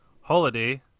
Holiday